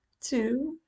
two